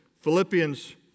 Philippians